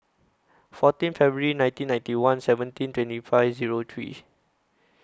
fourteen February nineteen ninety one seventeen twenty five Zero three